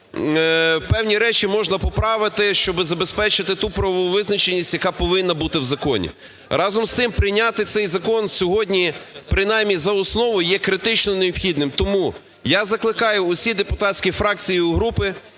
певні речі можна поправити, щоби забезпечити ту правову визначеність, яка повинна бути в законі. Разом з тим прийняти цей закон сьогодні принаймні за основу, є критично необхідним. Тому я закликаю усі депутатські фракції і групи